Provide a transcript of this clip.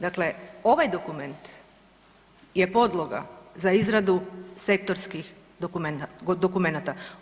Dakle, ovaj dokument je podloga za izradu sektorskih dokumenata.